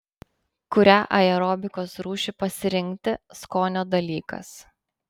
kurią aerobikos rūšį pasirinkti skonio dalykas